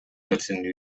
нерсени